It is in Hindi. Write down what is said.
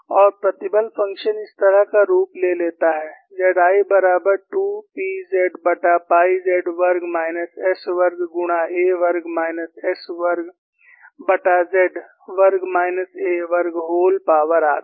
और प्रतिबल फ़ंक्शन इस तरह का रूप ले लेता है Z I बराबर 2 P zपाई z वर्ग माइनस s वर्ग गुणा a वर्ग माइनस s वर्गz वर्ग माइनस a वर्ग व्होल पॉवर आधा